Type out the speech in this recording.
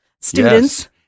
students